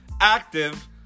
active